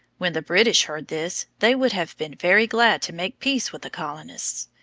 when the british heard this, they would have been very glad to make peace with the colonists.